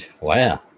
Wow